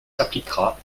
s’appliquera